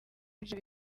ibyo